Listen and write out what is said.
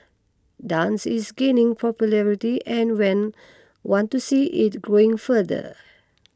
dance is gaining popularity and when want to see it growing further